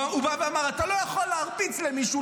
הוא בא ואמר: אתה לא יכול להרביץ למישהו,